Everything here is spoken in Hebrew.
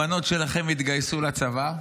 הבנות שלכם יתגייסו לצבא,